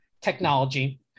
technology